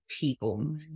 people